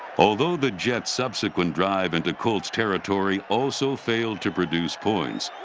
although the jets' subsequent drive into colts territory also failed to produce points,